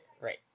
right